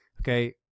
okay